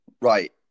Right